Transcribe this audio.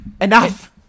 enough